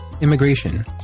Immigration